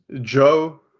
Joe